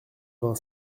vingt